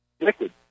liquid